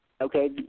okay